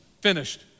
finished